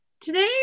today